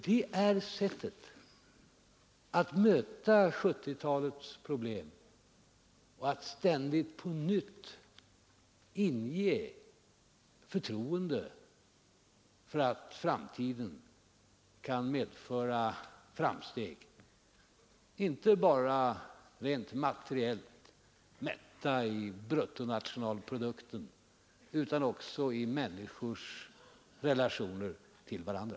Det är sättet att möta 1970-talets problem och att ständigt på nytt inge förtroende för att framtiden kan medföra framsteg — inte bara rent materiellt, mätt i bruttonationalprodukten, utan också i människors relationer till varandra.